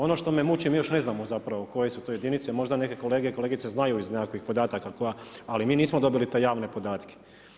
Ono što me muči, mi još ne znamo zapravo koje su to jedinice, možda neke kolege i kolegice znaju iz nekakvih podataka ali mi nismo dobili te javne podatke.